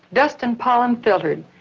dust and pollen filtered,